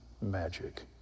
magic